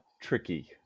tricky